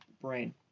brain